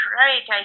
right